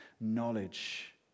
knowledge